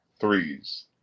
threes